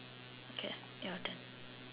okay your turn